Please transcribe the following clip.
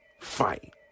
fight